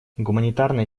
гуманитарная